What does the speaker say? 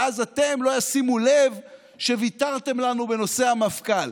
ואז לא ישימו לב שוויתרתם לנו בנושא המפכ"ל.